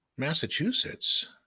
Massachusetts